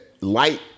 light